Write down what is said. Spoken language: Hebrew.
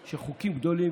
של חוקים גדולים,